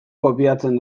kopiatzen